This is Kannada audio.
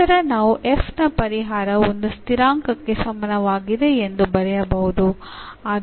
ನಂತರ ನಾವು f ನ ಪರಿಹಾರ ಒಂದು ಸ್ಥಿರಾಂಕಕ್ಕೆ ಸಮನಾವಾಗಿದೆ ಎಂದು ಬರೆಯಬಹುದು